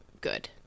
good